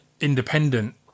independent